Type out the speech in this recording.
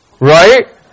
right